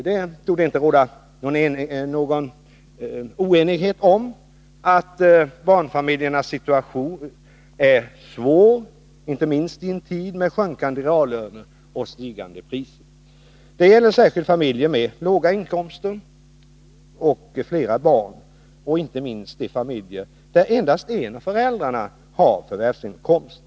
Det torde inte råda någon oenighet om att barnfamiljernas situation är svår, inte minst i en tid med sjunkande reallöner och stigande priser. Det gäller särskilt familjer med låga inkomster och flera barn samt inte minst de familjer där endast en av föräldrarna har förvärvsinkomst.